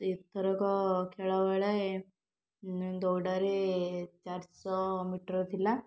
ଏଥରକ ଖେଳବେଳେ ଦୌଡ଼ରେ ଚାରି ଶହ ମିଟର୍ ଥିଲା